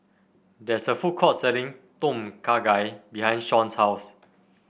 there is a food court selling Tom Kha Gai behind Shawn's house